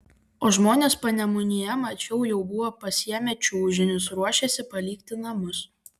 o žmonės panemunėje mačiau jau buvo pasiėmę čiužinius ruošėsi palikti namus